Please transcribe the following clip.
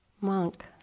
monk